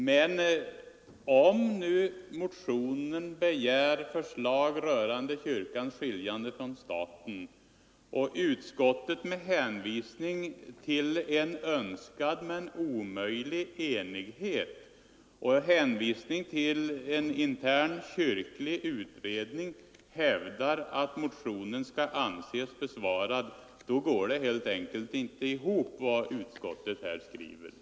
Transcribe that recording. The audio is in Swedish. Men om man i motionen begär förslag rörande kyrkans skiljande från staten, och utskottet, med hänvisning till en önskad men omöjlig enighet och en intern kyrklig utredning, hävdar att motionen skall anses besvarad, går utskottets skrivning helt enkelt inte ihop.